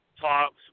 talks